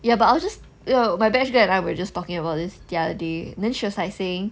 ya but I was just yo~ my batchmate and I were just talking about this the other day then she was like saying